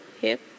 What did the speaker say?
hip